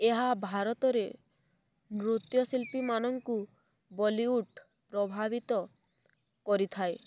ଏହା ଭାରତରେ ନୃତ୍ୟଶିଳ୍ପୀମାନଙ୍କୁ ବଲିଉଡ଼ ପ୍ରଭାବିତ କରିଥାଏ